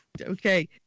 okay